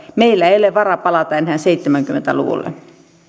meillä ei ei ole varaa palata enää seitsemänkymmentä luvulle